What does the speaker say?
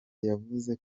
yavuze